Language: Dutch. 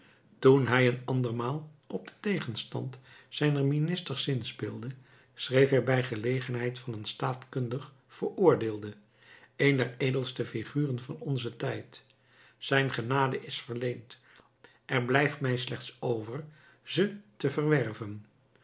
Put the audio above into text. toen hij een andermaal op den tegenstand zijner ministers zinspeelde schreef hij bij gelegenheid van een staatkundig veroordeelde een der edelste figuren van onzen tijd zijn genade is verleend er blijft mij slechts over ze te verwerven